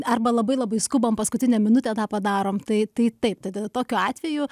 arba labai labai skubam paskutinę minutę tą padarom tai tai taip tai tada tokiu atveju